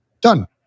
Done